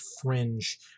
fringe